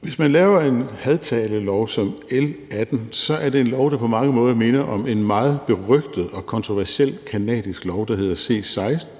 Hvis man laver en hadtalelov som L 18, er det en lov, som på mange måder minder om en meget berygtet og kontroversiel canadisk lov, der hedder C 16.